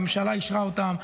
הממשלה אישרה אותן.